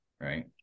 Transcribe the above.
right